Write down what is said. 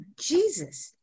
Jesus